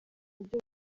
buryo